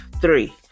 three